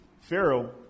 Pharaoh